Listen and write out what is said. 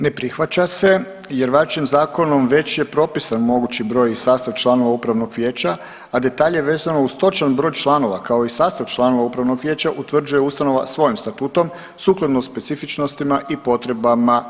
Ne prihvaća se, jer važećim zakonom već je propisan mogući broj i sastav članova Upravnog vijeća, a detalje vezano uz točan broj članova kao i sastav članova Upravnog vijeća utvrđuje ustanova svojim statutom sukladno specifičnostima i potrebama svake ustanove.